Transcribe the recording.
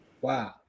Wow